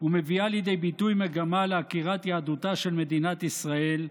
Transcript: ומביאה לידי ביטוי מגמה לעקירה יהדותה של מדינת ישראל,